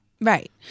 Right